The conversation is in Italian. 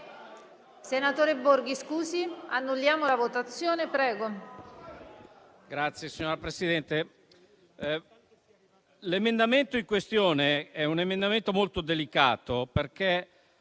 l'emendamento in questione è molto delicato, perché